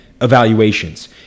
evaluations